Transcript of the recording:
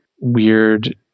weird